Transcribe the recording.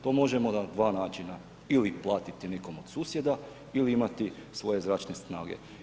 To možemo na dva načina ili platiti nekom od susjeda ili imati svoje zračne snage.